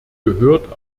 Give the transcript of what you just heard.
gehört